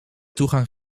toegang